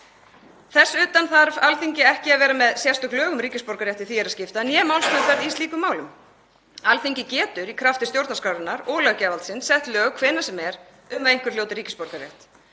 Þess utan þarf Alþingi ekki að vera með sérstök lög um ríkisborgararétt ef því er að skipta né málsmeðferð í slíkum málum. Alþingi getur í krafti stjórnarskrárinnar og löggjafarvaldsins sett lög hvenær sem er um að einhver hljóti ríkisborgararétt.